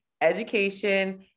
education